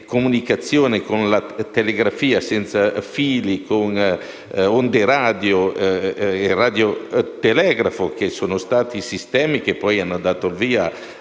comunicazioni con la telegrafia senza fili, tramite onde radio e il radiotelegrafo, che sono stati sistemi che hanno dato il